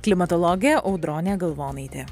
klimatologė audronė galvonaitė